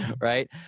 right